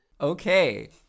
Okay